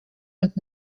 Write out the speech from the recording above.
und